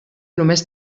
només